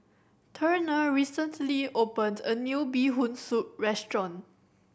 Turner recently opened a new Bee Hoon Soup restaurant